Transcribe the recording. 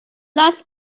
nice